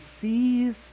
sees